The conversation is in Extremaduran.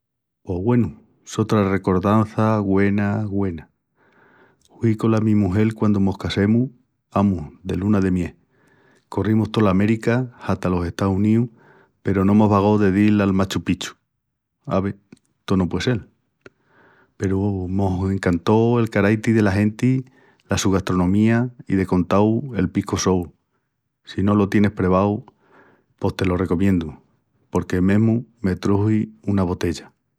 Pos güenu, sotra recordança güena, güena. Hui cola mi mugel quandu mos cassemus, amus, de luna de miel. Corrimus tola América hata los Estaus Uníus peru no mos vagó de dil al Machu Picchu. Ave, tó no puei sel. Peru mos encantó el caraiti dela genti, la su gastronomía i, de contau, el pisco sour. Si no lo tienis prevau pos te lo recomiendu. porque mesmu me truxi una botella.